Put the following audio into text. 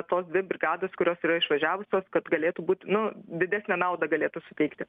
tos dvi brigados kurios yra išvažiavusios kad galėtų būt nu didesnę naudą galėtų suteikti